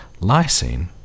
lysine